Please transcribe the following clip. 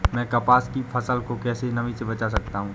मैं कपास की फसल को कैसे नमी से बचा सकता हूँ?